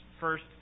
First